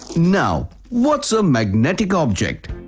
now, what's a magnetic object?